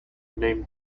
named